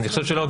אני חושב שלא.